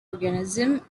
organism